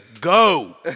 go